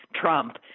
Trump